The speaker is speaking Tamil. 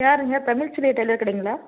யாருங்க தமிழ்செல்வி டைலர் கடைங்களா